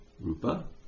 Rupa